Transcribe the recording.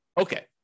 Okay